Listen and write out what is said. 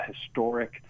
historic